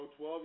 12